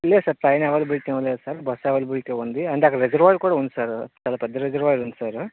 లేదు sir train availability ఏంలేదు sir bus availability ఉంది అండ్ అక్కడ రిజర్వాయర్ కూడా ఉంది సార్ చాలా పెద్ద రిజర్వాయర్ ఉంది సార్